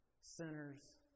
sinners